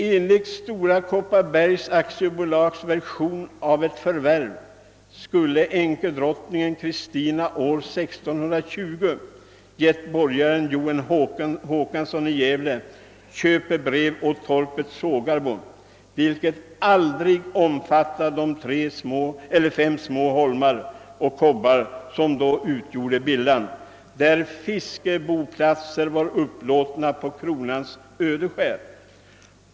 Enligt Stora kopparbergs bergslags AB:s version av ett förvärv skulle änkedrottning Kristina år 1620 ha givit borgaren Joel Håkansson i Gävle köpebrev å torpet Sågarbo, vilket aldrig omfattade de fem små holmar och kobbar som då utgjorde Bilhamn, där fiskeboplatser var upplåtna på kronans ödeskär.